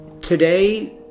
Today